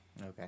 Okay